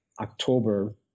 October